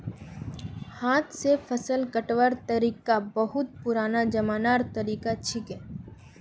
हाथ स फसल कटवार तरिका बहुत पुरना जमानार तरीका छिके